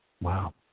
Wow